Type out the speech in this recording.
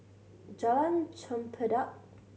Jalan Chempedak